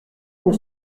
pour